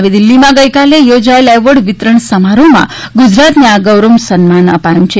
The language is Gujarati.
નવી દિલ્હીમાં ગઇકાલે યોજાયેલા એવોર્ડ વિતરણ સમારોહમાં ગુજરાતને આ ગૌરવ સન્માન અપાયું છે